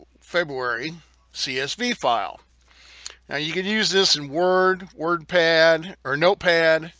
february csv file, and you can use this in word, wordpad, or notepad,